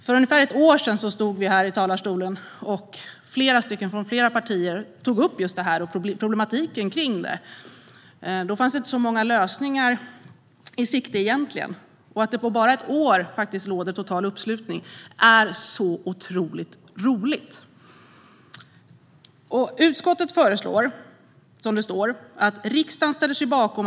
För ungefär ett år sedan var vi flera ledamöter från flera partier som stod här i talarstolen och tog upp just den här problematiken, men då fanns det egentligen inte så många lösningar i sikte. Att det efter bara ett år råder total uppslutning är otroligt roligt. Utskottet föreslår att "riksdagen ställer sig bakom .